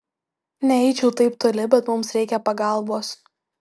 neeičiau taip toli bet mums reikia pagalbos